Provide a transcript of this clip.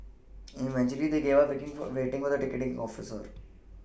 eventually they gave up waiting for waiting the ticketing officer